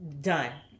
done